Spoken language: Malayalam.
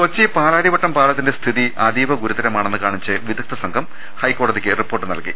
കൊച്ചി പാലാരിവട്ടം പാലത്തിന്റെ സ്ഥിതി അതീവ ഗുരുതരമാ ണെന്ന് കാണിച്ച് വിദഗ്ധ സംഘം ഹൈക്കോടതിക്ക് റിപ്പോർട്ട് നൽകി